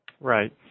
Right